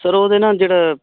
sir ਉਹਦੇ ਨਾਲ ਜਿਹੜਾ